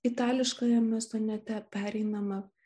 itališkajame sonete pereinama